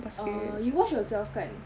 oh you wash yourself kan